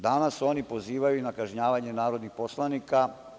Danas oni pozivaju na kažnjavanje narodnih poslanika.